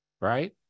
right